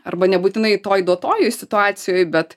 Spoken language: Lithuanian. arba nebūtinai toj duotojoj situacijoj bet